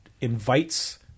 invites